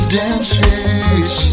dances